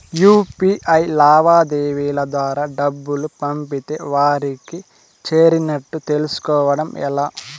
UPI లావాదేవీల ద్వారా డబ్బులు పంపితే వారికి చేరినట్టు తెలుస్కోవడం ఎలా?